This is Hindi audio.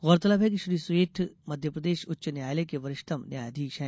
गौरतलब है कि श्री सेठ मध्यप्रदेश उच्च न्यायालय के वरिष्ठतम न्यायाधीश है